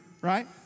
right